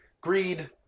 greed